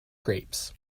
grapes